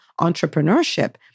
entrepreneurship